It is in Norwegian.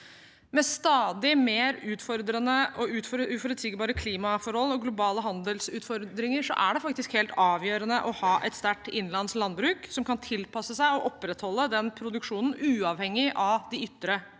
Med stadig mer utfordrende og uforutsigbare klimaforhold og globale handelsutfordringer er det helt avgjørende å ha et sterkt innenlands landbruk som kan tilpasse seg og opprettholde produksjonen, uavhengig av de ytre